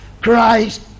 Christ